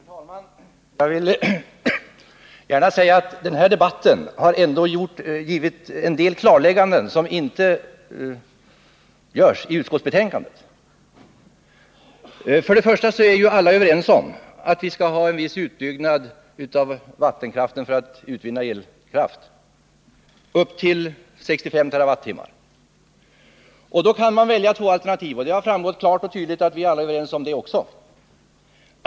Herr talman! Jag vill gärna säga att denna debatt ändå har medfört en del klarlägganden som inte görs i utskottsbetänkandet. Först och främst är alla överens om att vi skall ha en viss utbyggnad av vattenkraften för att utvinna elkraft — upp till 65 TWh. Då kan man välja mellan två alternativ. Det har framgått klart och tydligt att vi alla är överens även om detta.